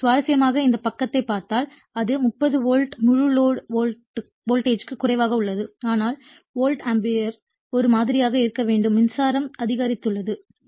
எனவே சுவாரஸ்யமாக இந்த பக்கத்தைப் பார்த்தால் அது 30 வோல்ட் முழு லோடு வோல்டேஜ் குறைவாக உள்ளது ஆனால் வோல்ட் ஆம்பியர் ஒரே மாதிரியாக இருக்க வேண்டும் மின்சாரம் அதிகரித்துள்ளது